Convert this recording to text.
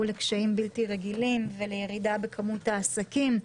לקשיים בלתי רגילים ולירידה בכמות העסקים.